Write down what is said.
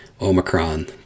Omicron